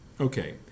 Okay